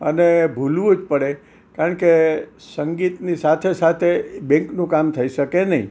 અને ભૂલવું જ પડે કારણ કે સંગીતની સાથે સાથે બેન્કનું કામ થઈ શકે નહીં